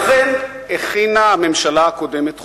ולכן הכינה הממשלה הקודמת חוק,